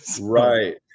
Right